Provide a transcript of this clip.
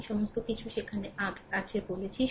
আমি সমস্ত কিছু সেখানে আছে বলেছি